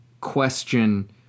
question